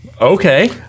Okay